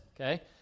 okay